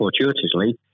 fortuitously